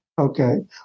okay